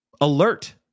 alert